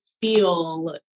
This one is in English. feel